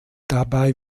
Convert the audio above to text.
dabei